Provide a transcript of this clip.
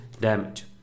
damage